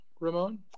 Ramon